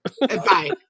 Bye